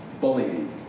Bullying